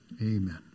Amen